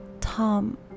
Tom